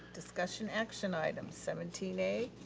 discussion action items, seventeen a.